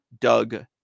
Doug